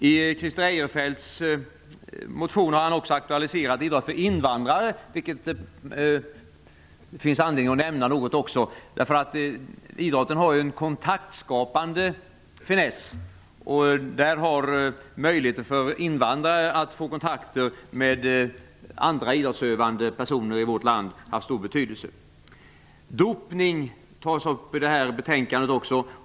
I Christer Eirefelts motion aktualiseras också idrott för invandrare, som det finns anledning att ta upp. Idrotten har ju en kontaktskapande finess. Möjligheterna för invandrare att få kontakt med andra idrottsutövande personer i vårt land har haft stor betydelse. Dopningen tas också upp i detta betänkande.